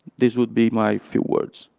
this would be my few words.